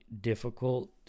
difficult